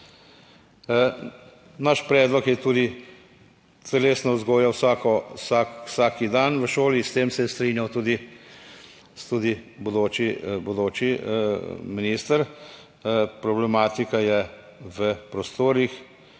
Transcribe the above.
Naš predlog je tudi telesna vzgoja, vsako vsak dan v šoli, s tem se je strinjal tudi bodoči minister. Problematika je v prostorih,